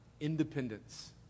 independence